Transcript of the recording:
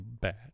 bad